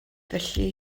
felly